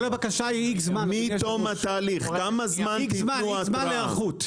מתום התהליך, כמה זמן תתנו התראה?